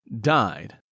died